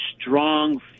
strong